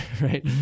right